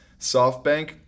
SoftBank